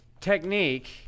technique